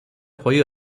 ହୋଇ